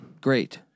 great